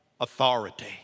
authority